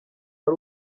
ari